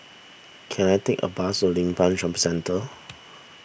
can I take a bus to Limbang Shopping Centre